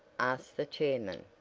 asked the chairman.